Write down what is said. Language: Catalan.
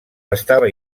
estava